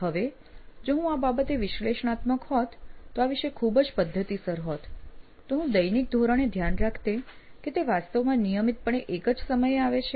હવે જો હું આ બાબતે વિશ્લેષણાત્મક હોત આ વિશે ખૂબ જ પદ્ધતિસર હોત તો હું દૈનિક ધોરણે ધ્યાન રાખતે કે તે વાસ્તવમાં નિયમિતપણે એક જ સમયે આવે છે